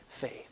faith